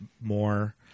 more